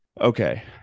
Okay